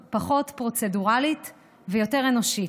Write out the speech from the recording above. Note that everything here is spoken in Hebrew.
פחות פרוצדורלית ויותר אנושית.